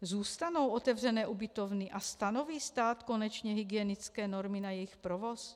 Zůstanou otevřené ubytovny a stanoví stát konečně hygienické normy na jejich provoz?